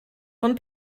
von